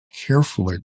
carefully